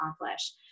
accomplish